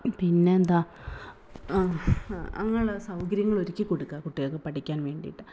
പിന്നെന്താണ് അങ്ങനെ സൗകര്യങ്ങൾ ഒരുക്കി കൊടുക്കുക കുട്ടികൾക്ക് പഠിക്കാൻ വേണ്ടിയിട്ട്